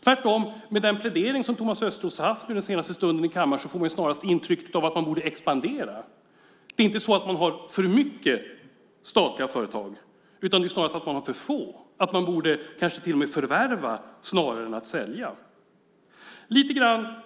Tvärtom får vi, genom den argumentering som Thomas Östros har, intrycket att vi borde expandera. Det är inte så att vi har för många statliga företag, utan snarast är de för få. Kanske borde vi till och med förvärva snarare än sälja företag.